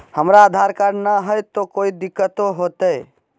हमरा आधार कार्ड न हय, तो कोइ दिकतो हो तय?